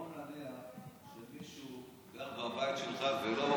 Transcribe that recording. בוא נניח שמישהו גר בבית שלך ולא